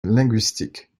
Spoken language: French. linguistique